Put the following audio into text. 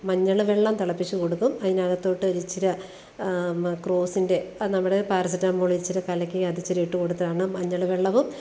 മഞ്ഞൾ വെള്ളം തിളപ്പിച്ച് കൊടുക്കും അതിനകത്തോട്ട് ഒരിച്ചിരി ക്രോസിന്റെ അത് നമ്മുടെ പാരസെറ്റാമോളിച്ചിരി കലക്കി അതിച്ചിരി ഇട്ട് കൊടുത്താണ് മഞ്ഞൾ വെള്ളവും